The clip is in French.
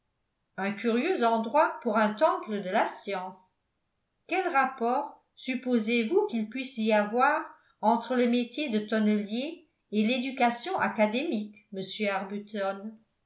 un curieux endroit pour un temple de la science quel rapport supposez-vous qu'il puisse y avoir entre le métier de tonnelier et l'éducation académique monsieur arbuton